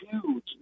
huge